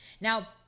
Now